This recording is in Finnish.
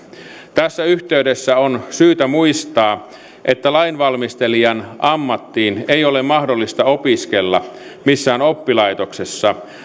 tässä yhteydessä on syytä muistaa että lainvalmistelijan ammattiin ei ole mahdollista opiskella missään oppilaitoksessa